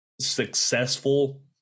successful